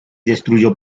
destruyó